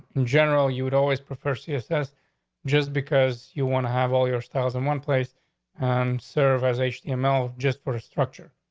in general, you would always prefer see, assessed just because you want to have all your cells in one place and services asian email just for the structure.